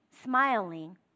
smiling